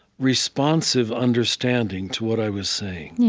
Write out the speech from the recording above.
responsive understanding to what i was saying,